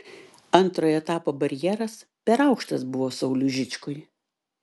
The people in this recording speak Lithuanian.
antrojo etapo barjeras per aukštas buvo sauliui žičkui